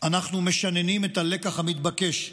אנחנו משננים את הלקח המתבקש,